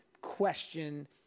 question